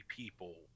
people